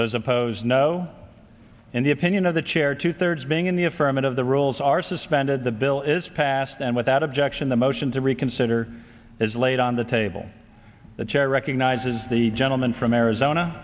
those opposed no in the opinion of the chair two thirds being in the affirmative the rules are suspended the bill is passed and without objection the motion to reconsider is laid on the table the chair recognizes the gentleman from arizona